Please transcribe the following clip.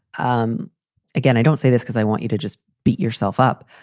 um again, i don't say this because i want you to just beat yourself up.